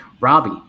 Robbie